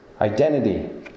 identity